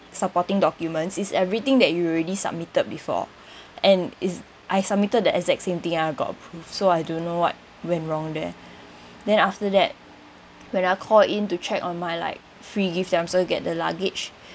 supporting documents is everything that you already submitted before and is I submitted the exact same thing ah got proof so I don't know what went wrong there then after that when I call in to check on my like free gift that I'm still get the luggage